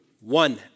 one